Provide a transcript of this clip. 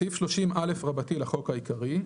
בסעיף 30א לחוק העיקרי,